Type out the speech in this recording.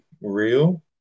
real